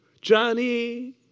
Johnny